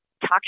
talk